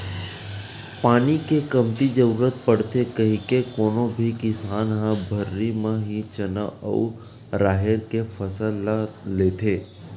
पानी के कमती जरुरत पड़थे कहिके कोनो भी किसान ह भर्री म ही चना अउ राहेर के फसल ल लेथे